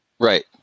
Right